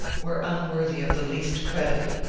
were unworthy of the least credit.